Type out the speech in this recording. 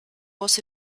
was